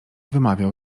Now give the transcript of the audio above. wymawiał